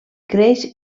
creix